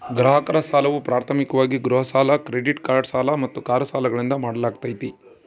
ಗ್ರಾಹಕರ ಸಾಲವು ಪ್ರಾಥಮಿಕವಾಗಿ ಗೃಹ ಸಾಲ ಕ್ರೆಡಿಟ್ ಕಾರ್ಡ್ ಸಾಲ ಮತ್ತು ಕಾರು ಸಾಲಗಳಿಂದ ಮಾಡಲಾಗ್ತೈತಿ